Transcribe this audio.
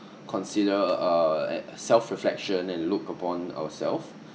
consider uh self reflection and look upon ourself